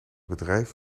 bedrijf